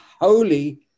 holy